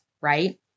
right